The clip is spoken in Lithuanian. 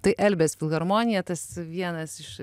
tai elbės filharmonija tas vienas iš